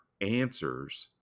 answers